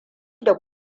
da